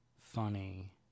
funny